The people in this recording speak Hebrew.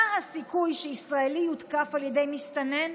מה הסיכוי שישראלי יותקף על ידי מסתנן?